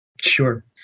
Sure